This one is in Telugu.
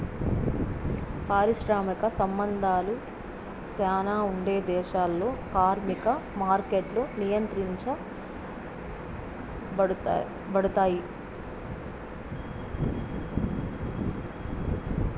పారిశ్రామిక సంబంధాలు శ్యానా ఉండే దేశాల్లో కార్మిక మార్కెట్లు నియంత్రించబడుతాయి